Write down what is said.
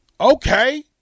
Okay